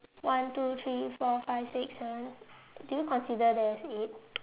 one two three four five six seven do you consider that as eight